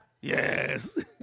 Yes